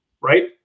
right